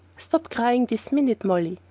stop crying this minute, molly,